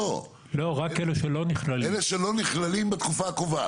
אלה שלא נכללים בתקופה הקובעת.